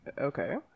Okay